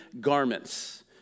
garments